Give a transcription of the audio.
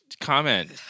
comment